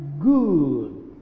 Good